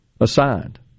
assigned